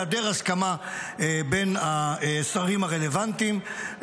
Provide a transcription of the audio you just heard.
בהיעדר הסכמה בין השרים הרלוונטיים,